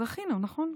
זכינו, נכון?